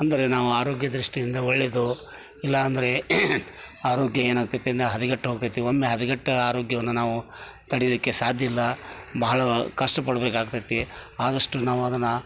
ಅಂದರೆ ನಾವು ಆರೋಗ್ಯ ದೃಷ್ಟಿಯಿಂದ ಒಳ್ಳೆಯದು ಇಲ್ಲಾಂದರೆ ಆರೋಗ್ಯ ಏನಾಗ್ತೈತೆ ಅಂದರೆ ಹದಗೆಟ್ಟು ಹೋಗ್ತೈತೆ ಒಮ್ಮೆ ಹದಗೆಟ್ಟ ಆರೋಗ್ಯವನ್ನ ನಾವು ತಡಿಲಿಕ್ಕೆ ಸಾಧ್ಯಯಿಲ್ಲ ಭಾಳ ಕಷ್ಟ ಪಡ್ಬೇಕು ಆಗ್ತೈತಿ ಆದಷ್ಟು ನಾವು ಅದನ್ನ